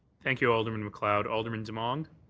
thank you, alderman macleod. alderman demong?